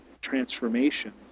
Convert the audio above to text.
transformation